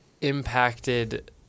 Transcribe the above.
impacted